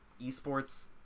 esports